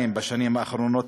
בשנים האחרונות,